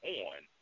on